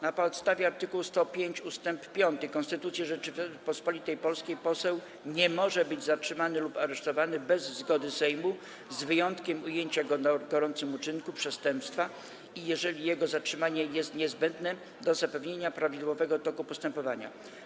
Na podstawie art. 105 ust. 5 Konstytucji Rzeczypospolitej Polskiej poseł nie może być zatrzymany lub aresztowany bez zgody Sejmu, z wyjątkiem ujęcia go na gorącym uczynku przestępstwa i jeżeli jego zatrzymanie jest niezbędne do zapewnienia prawidłowego toku postępowania.